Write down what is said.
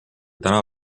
täna